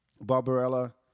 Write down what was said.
Barbarella